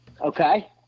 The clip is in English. Okay